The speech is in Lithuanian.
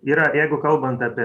yra jeigu kalbant apie